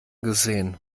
gesehen